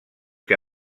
que